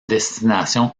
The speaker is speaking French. destination